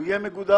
הוא יהיה מגודר.